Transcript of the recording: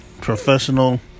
professional